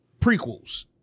prequels